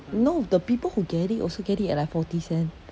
no the people who get it also get it at like forty cent